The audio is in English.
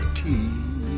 tea